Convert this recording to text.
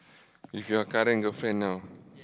with your current girlfriend now